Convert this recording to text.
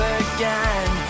again